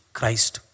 Christ